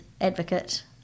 advocate